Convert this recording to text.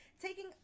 taking